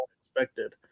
expected